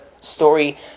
story